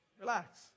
Relax